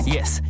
Yes